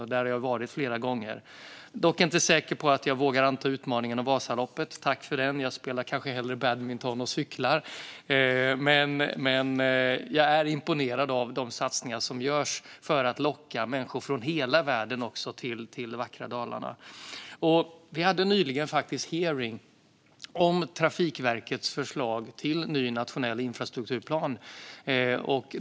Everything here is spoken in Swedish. Jag har varit där flera gånger. Jag är dock inte säker på att jag vågar anta utmaningen om Vasaloppet. Jag tackar för den, men jag spelar kanske hellre badminton och cyklar. Jag är dock imponerad av de satsningar som görs för att locka människor från hela världen till det vackra Dalarna. Vi hade nyligen en hearing om Trafikverkets förslag till ny nationell infrastrukturplan.